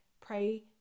pray